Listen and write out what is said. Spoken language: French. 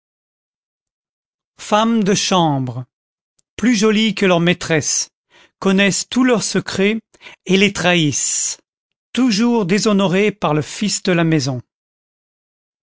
femmes de chambre plus jolies que leur maîtresses connaissent tous leurs secrets et les trahissent toujours déshonorées par le fils de la maison